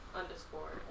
underscore